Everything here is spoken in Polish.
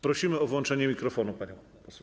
Prosimy o włączenie mikrofonu, pani poseł.